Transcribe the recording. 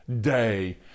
day